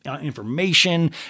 information